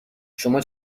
شما